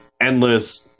endless